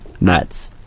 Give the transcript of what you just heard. Nuts